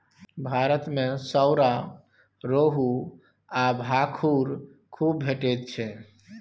भारत मे सौरा, रोहू आ भाखुड़ खुब भेटैत छै